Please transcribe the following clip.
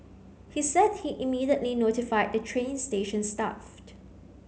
he said he immediately notified the train station staff